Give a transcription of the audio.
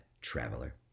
Traveler